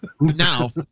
Now